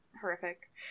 horrific